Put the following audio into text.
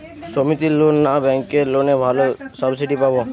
সমিতির লোন না ব্যাঙ্কের লোনে ভালো সাবসিডি পাব?